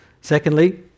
Secondly